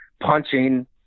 punching